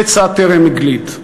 הפצע טרם הגליד.